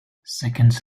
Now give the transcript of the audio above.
seconds